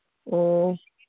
ꯑꯣ